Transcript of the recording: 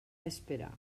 esperar